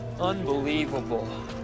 Unbelievable